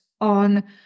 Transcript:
on